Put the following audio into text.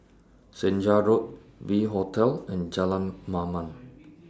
Senja Road V Hotel and Jalan Mamam